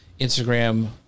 Instagram